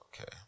Okay